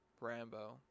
Rambo